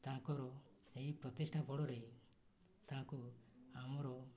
ତାଙ୍କର ଏହି ପ୍ରତିଷ୍ଠା ବଳରେ ତାଙ୍କୁ ଆମର